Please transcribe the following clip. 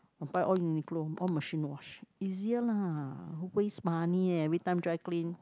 I buy all Uniqlo all machine wash easier lah waste money eh every time dry clean